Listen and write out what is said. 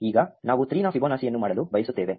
ಈಗ ನಾವು 3 ನ ಫಿಬೊನಾಕಿಯನ್ನು ಮಾಡಲು ಬಯಸುತ್ತೇವೆ